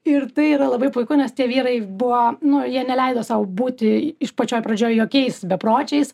ir tai yra labai puiku nes tie vyrai buvo nu jie neleido sau būti iš pačioj pradžioj jokiais bepročiais